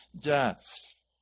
death